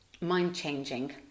mind-changing